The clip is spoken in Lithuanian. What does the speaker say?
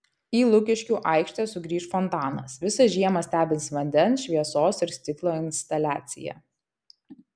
į lukiškių aikštę sugrįš fontanas visą žiemą stebins vandens šviesos ir stiklo instaliacija